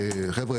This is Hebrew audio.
חבר'ה,